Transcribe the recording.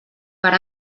per